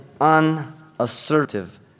unassertive